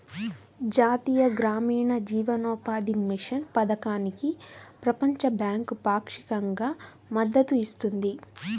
జాతీయ గ్రామీణ జీవనోపాధి మిషన్ పథకానికి ప్రపంచ బ్యాంకు పాక్షికంగా మద్దతు ఇస్తుంది